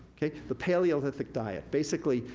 the paleolithic diet. basically,